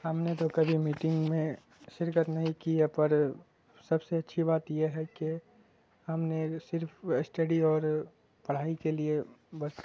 ہم نے تو کبھی میٹنگ میں شرکت نہیں کی ہے پر سب سے اچھی بات یہ ہے کہ ہم نے صرف اسٹڈی اور پڑھائی کے لیے بس